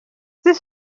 c’est